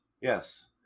Yes